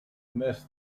miss